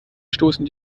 stoßen